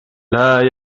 لَا